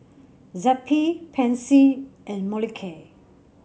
Zappy Pansy and Molicare